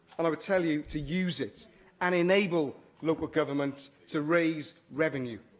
and i would tell you to use it and enable local government to raise revenue.